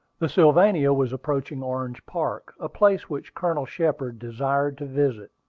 the sylvania was approaching orange park, a place which colonel shepard desired to visit.